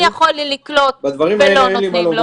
אני יכול לקלוט ולא נותנים לו.